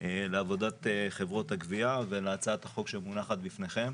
לעבודת חברות הגבייה ולהצעת החוק שמונחת בפניכם.